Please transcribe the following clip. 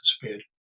disappeared